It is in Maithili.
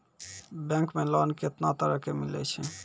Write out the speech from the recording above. बैंक मे लोन कैतना तरह के मिलै छै?